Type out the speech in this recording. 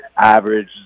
average